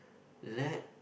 let